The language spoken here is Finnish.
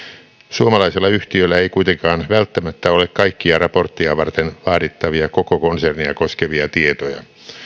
suomalaisella yhtiöllä ei kuitenkaan välttämättä ole kaikkia raportteja varten vaadittavia koko konsernia koskevia tietoja